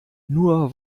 nur